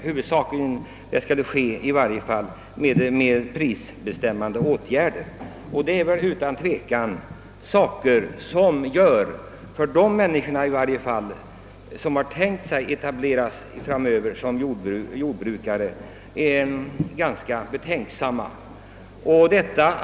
Huvudsaken är att man skulle tillgripa prisbestämmande åtgärder. Detta gör utan tvivel de människor betänksamma, som har ämnat etablera sig som jordbrukare framöver.